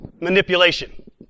Manipulation